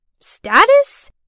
Status